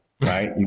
right